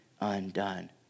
undone